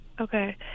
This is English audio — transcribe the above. okay